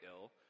ill